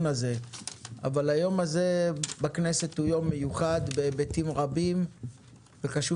היום הזה בכנסת הוא יום מיוחד בהיבטים רבים וחשוב